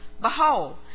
Behold